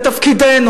זה תפקידנו,